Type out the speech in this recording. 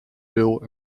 pil